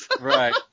Right